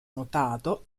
notato